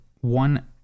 one